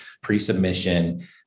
pre-submission